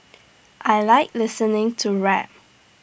I Like listening to rap